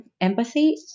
empathy